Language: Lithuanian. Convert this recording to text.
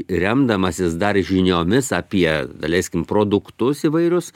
remdamasis dar žiniomis apie daleiskim produktus įvairius